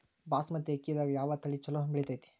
ಬಾಸುಮತಿ ಅಕ್ಕಿದಾಗ ಯಾವ ತಳಿ ಛಲೋ ಬೆಳಿತೈತಿ?